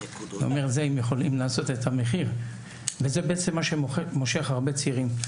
אם הם יכולים לעשות את המחיר וזה בעצם מה שמושך הרבה צעירים.